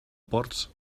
ports